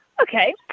Okay